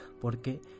porque